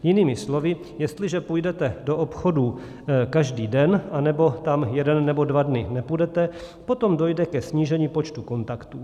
Jinými slovy, jestliže půjdete do obchodu každý den, anebo tam jeden nebo dva dny nepůjdete, potom dojde ke snížení počtu kontaktů.